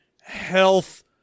health